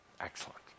Excellent